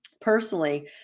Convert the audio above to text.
Personally